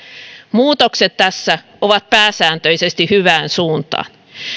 muutokset tässä ovat pääsääntöisesti hyvään suuntaan